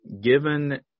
Given